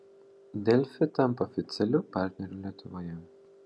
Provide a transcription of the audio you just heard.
delfi tampa oficialiu partneriu lietuvoje